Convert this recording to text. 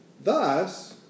Thus